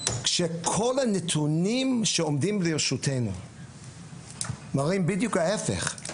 כשכל הנתונים שעומדים לרשותנו מראים בדיוק ההיפך.